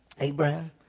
Abraham